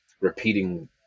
repeating